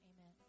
amen